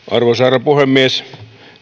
arvoisa herra puhemies